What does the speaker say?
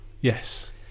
Yes